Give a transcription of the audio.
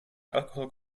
alcohol